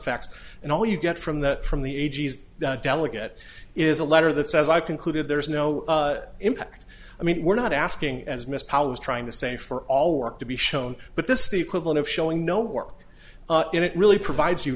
effects and all you get from the from the eighty's delegate is a letter that says i've concluded there's no impact i mean we're not asking as miss powers trying to say for all work to be shown but this is the equivalent of showing no work and it really provides you